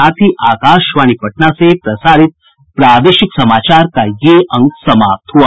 इसके साथ ही आकाशवाणी पटना से प्रसारित प्रादेशिक समाचार का ये अंक समाप्त हुआ